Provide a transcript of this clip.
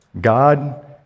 God